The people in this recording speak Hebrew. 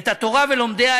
את התורה ולומדיה,